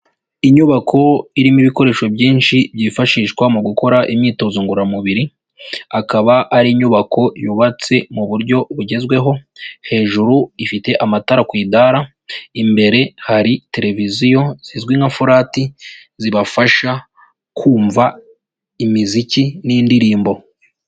Inyubako irimo ibikoresho byinshi, byifashishwa mu gukora imyitozo ngororamubiri, akaba ari inyubako yubatse mu buryo bugezweho, hejuru ifite amatara ku idara, imbere hari televiziyo zizwi nka furati, zibafasha kumva imiziki n'indirimbo.